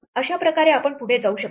अशा प्रकारे आपण पुढे जाऊ शकतो